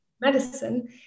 medicine